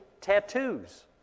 tattoos